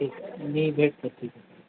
ठीक मी भेटतो ठीक आहे